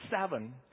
seven